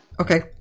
Okay